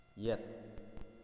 ꯌꯦꯠ